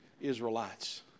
Israelites